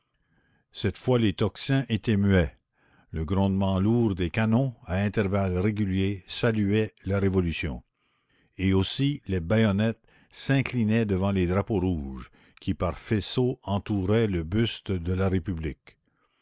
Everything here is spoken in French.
cette fois les tocsins étaient muets le grondement lourd des canons à intervalles réguliers saluait la révolution et aussi les baïonnettes s'inclinaient devant les drapeaux rouges qui par faisceaux entouraient le buste de la république